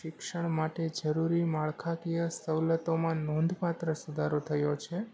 શિક્ષણ માટે જરૂરી માળખાકીય સવલતોમાં નોંધપાત્ર સુધારો થયો છે